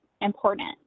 important